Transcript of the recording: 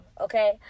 okay